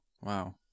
Wow